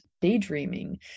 daydreaming